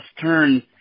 turn